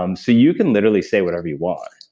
um so you can literally say whatever you want.